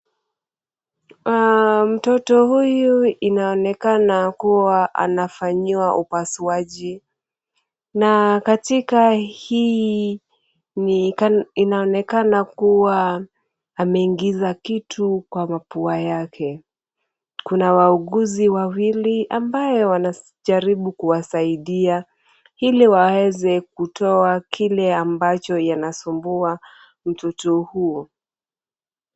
Mtoto huyu inaonekana kuwa anafanyiwa upasuaji na katika hii inaonekana kuwa ameingiza kitu kwa mapua yake. Kuna wauguzi wawili ambao wanajaribu kuwasaidia, ili waweze kutoa kile ambacho yanasumbua mtoto huyo.